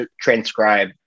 transcribe